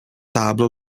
tablo